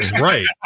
Right